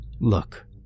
look